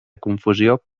confusió